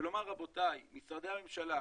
ולומר 'רבותי משרדי הממשלה,